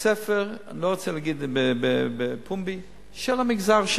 בית-ספר, אני לא רוצה להגיד בפומבי, של המגזר שלי.